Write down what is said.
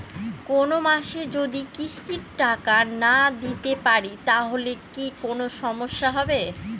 কোনমাসে যদি কিস্তির টাকা না দিতে পারি তাহলে কি কোন সমস্যা হবে?